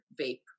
vape